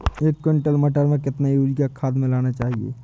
एक कुंटल मटर में कितना यूरिया खाद मिलाना चाहिए?